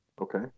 okay